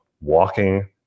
walking